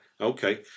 Okay